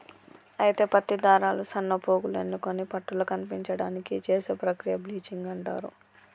అయితే పత్తి దారాలు సన్నపోగులు ఎన్నుకొని పట్టుల కనిపించడానికి చేసే ప్రక్రియ బ్లీచింగ్ అంటారు